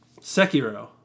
Sekiro